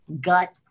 gut